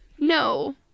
no